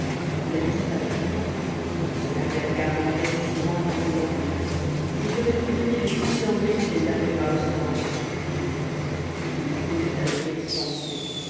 il avait dit à bertrand c'est l'arrière-garde anglaise qui s'ébranle pour décamper je ferai prisonniers les six mille anglais qui viennent d'arriver à ostende il causait avec expansion